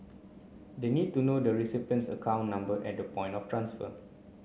they need to know the recipient's account number at the point of transfer